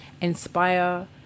inspire